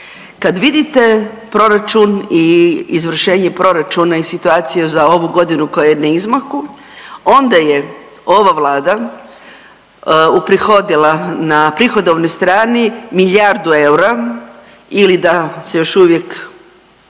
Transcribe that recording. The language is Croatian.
Kad vidite proračun i izvršenje proračuna i situaciju za ovu godinu koja je na izmaku, onda je ova Vlada uprihodila na prihodovnoj strani milijardu eura ili da se još uvijek